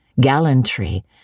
gallantry